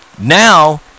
now